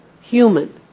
human